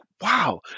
wow